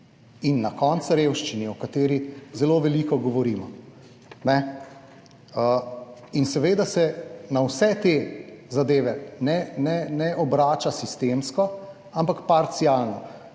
in na koncu revščine, o kateri zelo veliko govorimo. Seveda se na vse te zadeve ne obrača sistemsko, ampak parcialno.